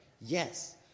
yes